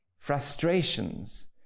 Frustrations